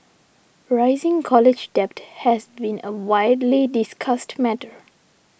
rising college debt has been a widely discussed matter